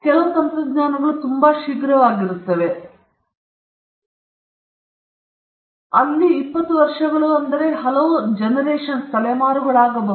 ಕೆಲವು ತಂತ್ರಜ್ಞಾನಗಳು ತುಂಬಾ ಶೀಘ್ರವಾಗಿರುತ್ತವೆ ಮತ್ತು ಅವುಗಳು ನಿಮಗೆ ತಿಳಿದಿದೆ 20 ವರ್ಷಗಳು ಹಲವು ತಲೆಮಾರುಗಳಾಗಬಹುದು